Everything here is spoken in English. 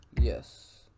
yes